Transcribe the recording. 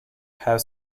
have